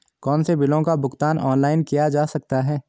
कौनसे बिलों का भुगतान ऑनलाइन किया जा सकता है?